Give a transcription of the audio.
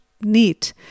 neat